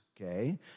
okay